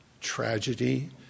tragedy